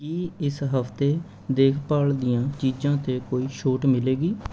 ਕੀ ਇਸ ਹਫ਼ਤੇ ਦੇਖਭਾਲ ਦੀਆਂ ਚੀਜ਼ਾਂ 'ਤੇ ਕੋਈ ਛੋਟ ਮਿਲੇਗੀ